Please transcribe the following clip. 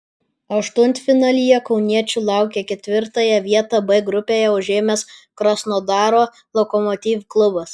aštuntfinalyje kauniečių laukia ketvirtąją vietą b grupėje užėmęs krasnodaro lokomotiv klubas